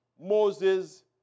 Moses